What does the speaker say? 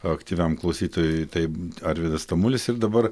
aktyviam klausytojui tai arvydas tamulis ir dabar